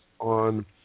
on